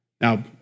Now